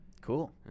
cool